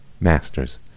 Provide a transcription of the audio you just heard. masters